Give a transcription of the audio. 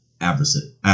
adversity